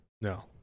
No